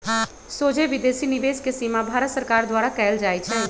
सोझे विदेशी निवेश के सीमा भारत सरकार द्वारा कएल जाइ छइ